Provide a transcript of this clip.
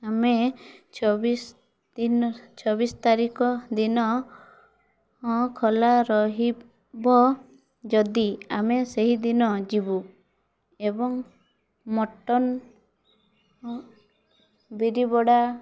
ଆମେ ଚବିଶ ଦିନ ଚବିଶ ତାରିଖ ଦିନ ଖୋଲା ରହିବ ଯଦି ଆମେ ସେହି ଦିନ ଯିବୁ ଏବଂ ମଟନ୍ ଓ ବିରିବରା